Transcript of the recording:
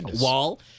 wall